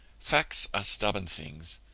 facts are stubborn things,